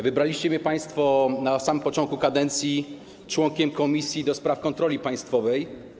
Wybraliście mnie państwo na samym początku kadencji członkiem Komisji do Spraw Kontroli Państwowej.